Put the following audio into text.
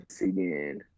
again